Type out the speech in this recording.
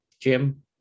Jim